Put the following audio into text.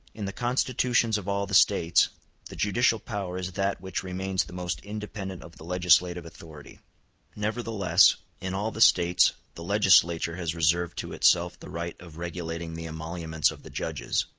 in the constitutions of all the states the judicial power is that which remains the most independent of the legislative authority nevertheless, in all the states the legislature has reserved to itself the right of regulating the emoluments of the judges,